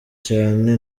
cyane